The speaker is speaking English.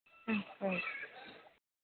okay